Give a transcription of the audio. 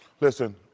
Listen